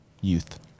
youth